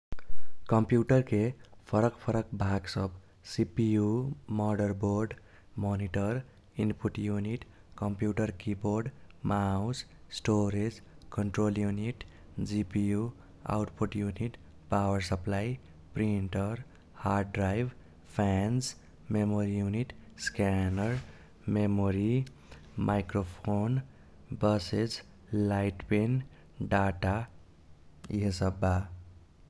कंप्युटरके फरक फरक भाग सब CPU, motherboard, monitor, input unit, computer keyboard, mouse, storage, control unit, GPU, output unit, power supply, printer, hard drive, fans, memory unit, scanner, memory, microphone, buses, light pen, data इहे सब बा।